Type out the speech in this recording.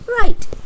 right